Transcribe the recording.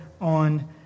on